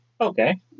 Okay